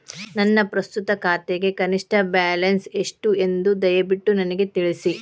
ನನ್ನ ಪ್ರಸ್ತುತ ಖಾತೆಗೆ ಕನಿಷ್ಟ ಬ್ಯಾಲೆನ್ಸ್ ಎಷ್ಟು ಎಂದು ದಯವಿಟ್ಟು ನನಗೆ ತಿಳಿಸಿ